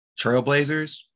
Trailblazers